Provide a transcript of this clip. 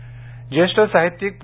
देशपांडे ज्येष्ठ साहित्यिक पु